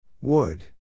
Wood